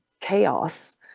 chaos